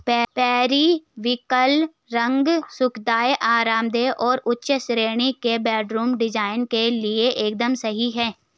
periwinkle रंग सुखदायक, आरामदेह और उच्च श्रेणी के बेडरूम डिजाइन के लिए एकदम सही है